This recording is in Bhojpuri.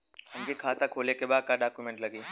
हमके खाता खोले के बा का डॉक्यूमेंट लगी?